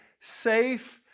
safe